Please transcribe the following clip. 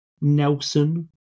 Nelson